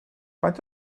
faint